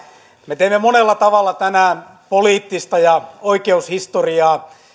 me teemme monella tavalla tänään poliittista ja oikeushistoriaa